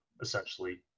essentially